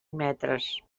metres